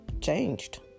changed